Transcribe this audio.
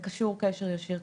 וזה קשור קשר ישיר,